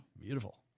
Beautiful